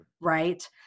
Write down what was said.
right